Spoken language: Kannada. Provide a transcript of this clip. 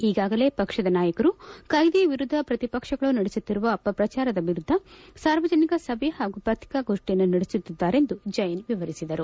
ಈಗಾಗಲೇ ಪಕ್ಷದ ನಾಯಕರು ಕಾಯ್ದೆ ವಿರುದ್ದ ಪ್ರತಿಪಕ್ಷಗಳು ನಡೆಸುತ್ತಿರುವ ಅಪಪ್ರಚಾರದ ವಿರುದ್ದ ಸಾರ್ವಜನಿಕರ ಸಭೆ ಹಾಗೂ ಪತ್ರಿಕಾಗೋಷ್ಟಿಯನ್ನು ನಡೆಸುತ್ತಿದ್ದಾರೆ ಎಂದು ಜೈನ್ ವಿವರಿಸಿದರು